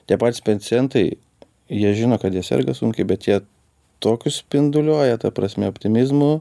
tie patys pacientai jie žino kad jie serga sunkiai bet jie tokiu spinduliuoja ta prasme optimizmu